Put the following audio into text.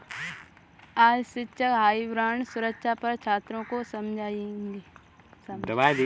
आज शिक्षक हाइब्रिड सुरक्षा पर छात्रों को समझाएँगे